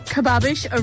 Kababish